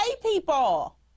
people